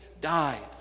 died